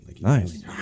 Nice